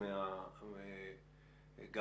גם